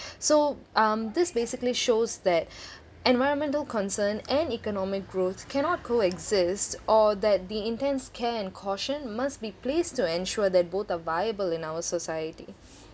so um this basically shows that environmental concerns and economic growth cannot co-exist or that the intense care and caution must be pleased to ensure that both are viable in our society